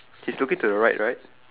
he's looking to the right right